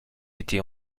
été